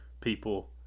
people